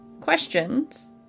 questions